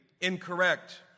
incorrect